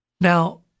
Now